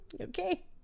okay